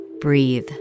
Breathe